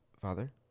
father